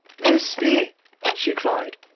loose me she cried,